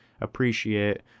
appreciate